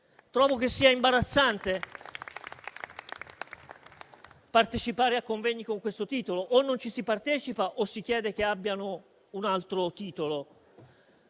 che sia imbarazzante partecipare a convegni con questo titolo; o non vi si partecipa o si chiede che abbiano un altro titolo.